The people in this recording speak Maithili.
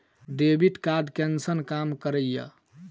डेबिट कार्ड कैसन काम करेया?